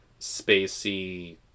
spacey